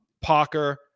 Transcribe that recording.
parker